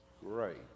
great